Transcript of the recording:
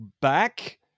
back